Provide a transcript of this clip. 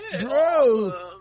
bro